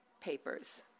papers